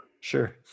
sure